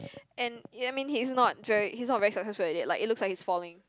and ya I mean he's not very he's not very successful at it like it looks like he's falling